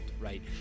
right